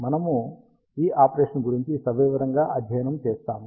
మనము ఈ ఆపరేషన్ గురించి సవివరంగా అధ్యయనం చేస్తాము